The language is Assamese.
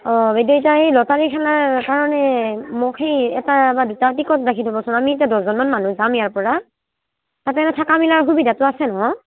অঁ বাইদেউ এতিয়া এই লটাৰী খেলাৰ কাৰণে মোক সেই এটা বা দুটা টিকট ৰাখি দিবচোন আমি এতিয়া দহজনমান মানুহ যাম ইয়াৰ পৰা তাতে মানে থকা মেলাৰ সুবিধাটো আছে নহয়